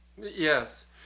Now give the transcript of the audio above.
yes